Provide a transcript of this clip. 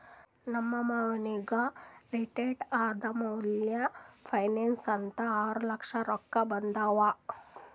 ನಮ್ ಮಾಮಾಗ್ ರಿಟೈರ್ ಆದಮ್ಯಾಲ ಪೆನ್ಷನ್ ಅಂತ್ ಆರ್ಲಕ್ಷ ರೊಕ್ಕಾ ಬಂದಾವ್